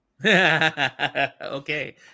Okay